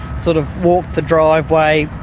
sort of walked the driveway,